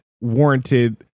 warranted